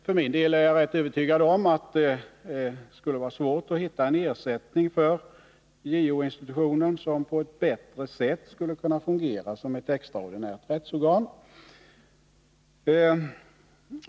För min del är jag rätt övertygad om att det skulle vara svårt att hitta en ersättning för JO-institutionen som på ett bättre sätt skulle fungera som ett extraordinärt rättsorgan.